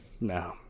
No